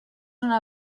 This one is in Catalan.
una